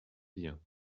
bien